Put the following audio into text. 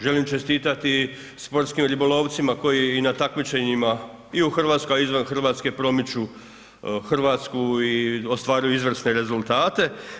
Želim čestitati sportskim ribolovcima koji i na takmičenjima i u Hrvatskoj, a i izvan Hrvatske promiču Hrvatsku i ostvaruju izvrsne rezultate.